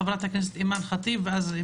חברת הכנסת אימאן ח'טיב, בבקשה.